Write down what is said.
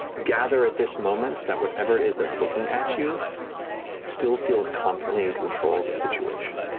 gather at this moment that whatever it is that's looking at you still feels confidently in control of the situation,